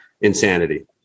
insanity